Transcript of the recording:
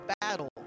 battle